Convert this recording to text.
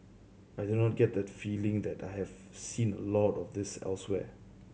I do not get that feeling that I have seen a lot of this elsewhere